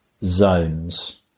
zones